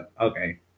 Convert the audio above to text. Okay